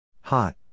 Hot